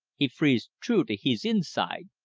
he freeze t'rou to hees eenside.